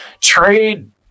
trade